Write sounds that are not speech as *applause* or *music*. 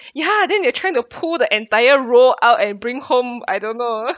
ya then they're trying to pull the entire roll out and bring home I don't know *laughs*